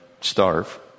starve